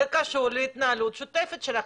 זה קשור להתנהלות שוטפת שלכם.